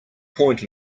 point